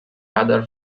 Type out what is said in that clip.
other